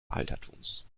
altertums